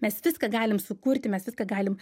mes viską galim sukurti mes viską galim